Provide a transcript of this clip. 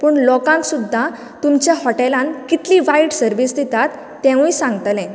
पूण लोकांक सुद्दां तुमच्या हॉटेलांत कितली वायट सरवीस दितात तेंवूय सांगतलें